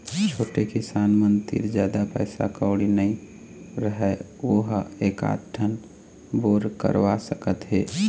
छोटे किसान मन तीर जादा पइसा कउड़ी नइ रहय वो ह एकात ठन बोर करवा सकत हे